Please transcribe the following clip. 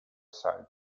site